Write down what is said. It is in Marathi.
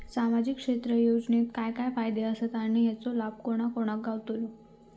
सामजिक क्षेत्र योजनेत काय काय फायदे आसत आणि हेचो लाभ कोणा कोणाक गावतलो?